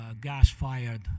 gas-fired